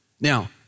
Now